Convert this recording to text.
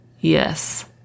Yes